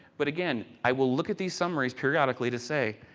but again, i will look at these summaries periodically to say,